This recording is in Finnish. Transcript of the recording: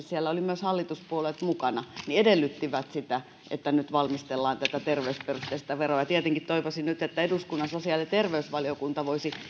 siellä oli myös hallituspuolueet mukana edellyttivät sitä että nyt valmistellaan tätä terveysperusteista veroa ja tietenkin toivoisin nyt että eduskunnan sosiaali ja terveysvaliokunta voisi